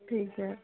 ਠੀਕ ਹੈ